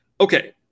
Okay